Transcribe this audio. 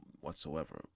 whatsoever